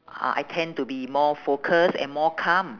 uh I tend to be more focus and more calm